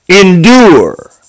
endure